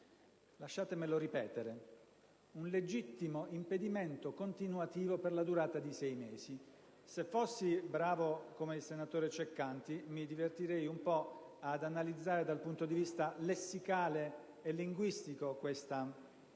Lasciatemelo ripetere: un legittimo impedimento continuativo per la durata di sei mesi. Se fossi bravo come il senatore Ceccanti, mi divertirei un po' ad analizzare questa formulazione dal punto di vista lessicale e linguistico, e potete